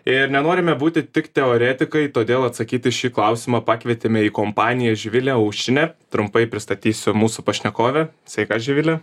ir nenorime būti tik teoretikai todėl atsakyti šį klausimą pakvietėme į kompaniją žvilę aušinę trumpai pristatysiu mūsų pašnekovę sveika živile